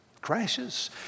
crashes